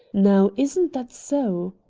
now, isn't that so?